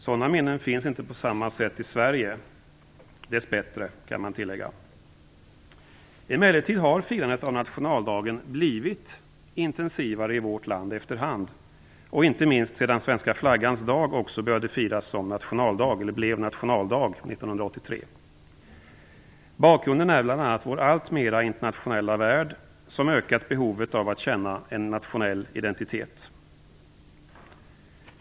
Sådana minnen finns inte på samma sätt i Sverige - dess bättre, kan man tillägga. Emellertid har firandet av nationaldagen i vårt land efter hand blivit intensivare, inte minst sedan svenska flaggans dag också blev nationaldag 1983. Bakgrunden är vår alltmer internationella värld som ökat behovet av att känna en nationell identitet.